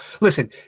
listen